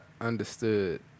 understood